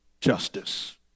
justice